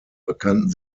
bekannten